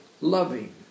loving